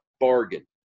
bargain